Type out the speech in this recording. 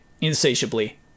insatiably